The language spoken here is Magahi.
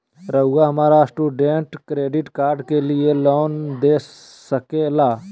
रहुआ हमरा स्टूडेंट क्रेडिट कार्ड के लिए लोन दे सके ला?